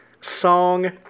song